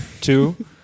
Two